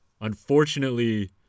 Unfortunately